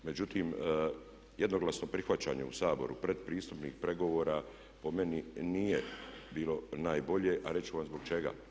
Međutim, jednoglasno prihvaćanje u Saboru pretpristupnih pregovora po meni nije bilo najbolje, a reći ću vam i zbog čega.